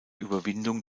überwindung